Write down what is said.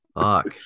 Fuck